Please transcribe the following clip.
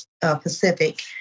Pacific